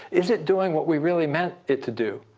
is it doing what we really meant it to do?